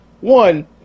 One